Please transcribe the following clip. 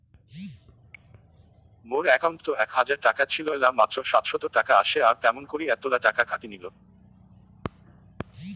মোর একাউন্টত এক হাজার টাকা ছিল এলা মাত্র সাতশত টাকা আসে আর কেমন করি এতলা টাকা কাটি নিল?